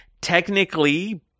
technically